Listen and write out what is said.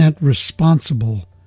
responsible